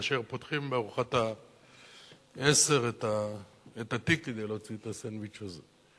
כאשר פותחים בארוחת העשר את התיק כדי להוציא את הסנדוויץ' הזה.